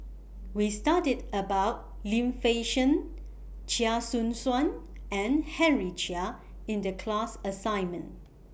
We studied about Lim Fei Shen Chia Choo Suan and Henry Chia in The class assignment